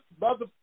mother